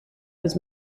his